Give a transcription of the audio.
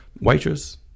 waitress